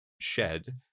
shed